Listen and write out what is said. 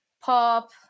pop